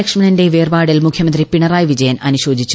ലക്ഷ്മണന്റെ വ്വേർപാടിൽ മുഖ്യമന്ത്രി പിണറായി വിജയൻ അനുശോചിച്ചു